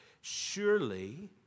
Surely